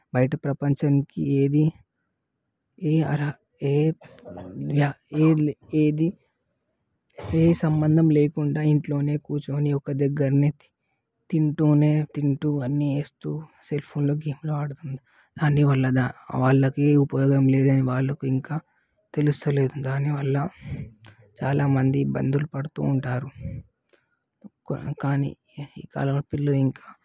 బయట ప్రపంచానికి ఏది ఏది ఏ సంబంధం లేకుండా ఇంట్లోనే కూర్చొని ఒక దగ్గరనే తింటూనే తింటూ అన్ని చేస్తూ సెల్ఫోన్ గేములు ఆడుతున్నారు కానీ వాళ్లద వాళ్లకు ఉపయోగం లేదని వాళ్లకు ఇంకా తెలుస్తలేదు దానివల్ల చాలామంది ఇబ్బందులు పడుతూ ఉంటారు కానీ ఈ కాలంలో పిల్లలు ఇంకా